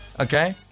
Okay